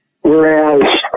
Whereas